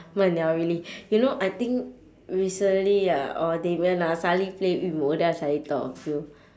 really you know I think recently ah or damian ah suddenly play yu mou then I suddenly thought of you